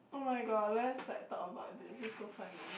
oh my god let's like talk about this this is so funny